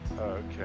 Okay